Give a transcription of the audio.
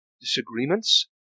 disagreements